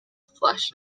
flesh